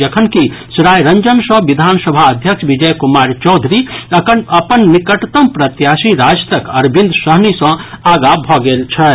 जखनकि सरायरंजन सॅ विधानसभा अध्यक्ष विजय कुमार चौधरी अपन निकटतम प्रत्याशी राजदक अरविन्द सहनी सॅ आगा भऽ गेल छथि